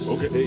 Okay